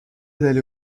d’aller